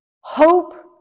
Hope